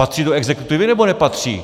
A patří do exekutivy, nebo nepatří?